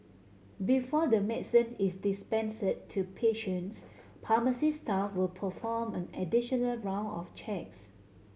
before the medicine is dispensed to patients pharmacy staff will perform an additional round of checks